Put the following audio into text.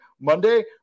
Monday